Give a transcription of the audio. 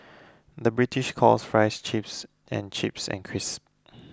the British calls Fries Chips and Chips and Crisps